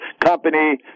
company